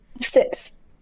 Six